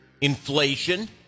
inflation